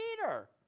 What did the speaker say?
Peter